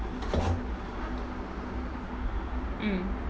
mm